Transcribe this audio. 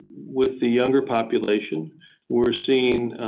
with the younger population we're seeing